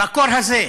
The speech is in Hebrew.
בקור הזה.